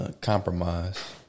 compromise